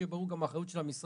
שיהיה ברור גם אחריות של המשרד.